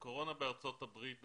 הקורונה בארצות הברית,